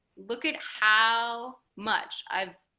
look at how much i've